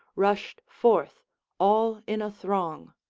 rushed forth all in a throng.